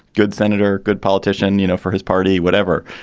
good senator, good politician, you know, for his party, whatever.